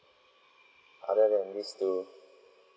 other than these two